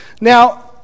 Now